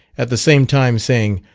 at the same time saying,